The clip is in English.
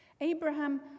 Abraham